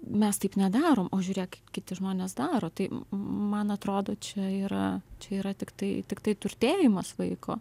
mes taip nedarom o žiūrėk kaip kiti žmonės daro tai man atrodo čia yra čia yra tiktai tiktai turtėjimas vaiko